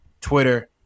Twitter